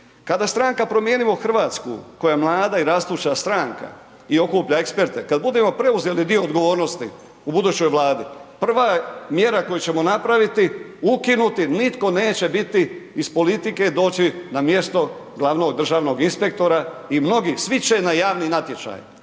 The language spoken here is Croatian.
Kada Stranka promijenimo Hrvatsku koja je mlada i rastuća stranka i okuplja eksperte, kad budemo preuzeli dio odgovornosti u budućoj Vladi, prva mjera koju ćemo napraviti, ukinuti, nitko neće biti iz politike doći na mjesto glavnog državnog inspektora i mnogi, svi će na javni natječaj